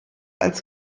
als